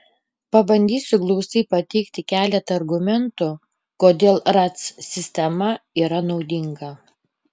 pabandysiu glaustai pateikti keletą argumentų kodėl ratc sistema yra naudinga